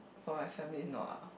for my family is not ah